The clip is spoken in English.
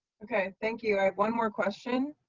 okay. thank you. i have one more question.